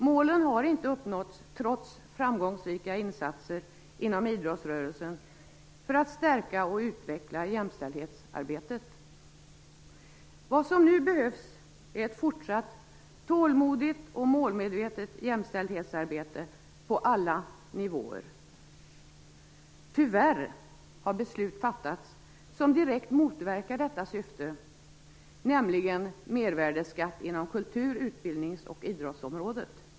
Målen har inte uppnåtts trots framgångsrika insatser inom idrottsrörelsen för att stärka och utveckla jämställdhetsarbetet. Vad som nu behövs är ett fortsatt tålmodigt och målmedvetet jämställdhetsarbete på alla nivåer. Tyvärr har ett beslut fattats som direkt motverkar detta syfte, nämligen mervärdesskatt inom kultur-, utbildnings och idrottsområdet.